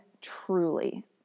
truly